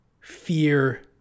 fear